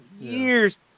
years